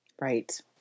Right